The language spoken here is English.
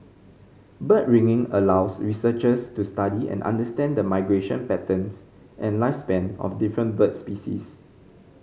bird ringing allows researchers to study and understand the migration patterns and lifespan of different bird species